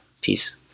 Peace